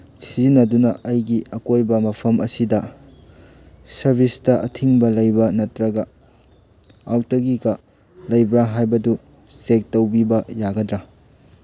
ꯁꯤꯖꯤꯟꯅꯗꯨꯅ ꯑꯩꯒꯤ ꯑꯀꯣꯏꯕ ꯃꯐꯝ ꯑꯁꯤꯗ ꯁꯔꯕꯤꯁꯇ ꯑꯊꯤꯡꯕ ꯂꯩꯕ ꯅꯠꯇ꯭ꯔꯒ ꯑꯥꯎꯠꯇꯦꯖꯀ ꯂꯩꯕ꯭ꯔ ꯍꯥꯏꯕꯗꯨ ꯆꯦꯛ ꯇꯧꯕꯤꯕ ꯌꯥꯒꯗ꯭ꯔ